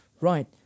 right